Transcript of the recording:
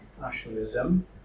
nationalism